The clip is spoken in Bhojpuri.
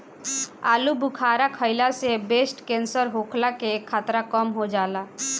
आलूबुखारा खइला से ब्रेस्ट केंसर होखला के खतरा कम हो जाला